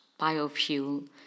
biofuel